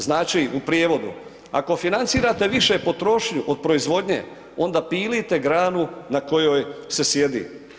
Znači u prijevodu, ako financirate više potrošnju od proizvodnje onda pilite granu na kojoj se sjedi.